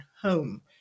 home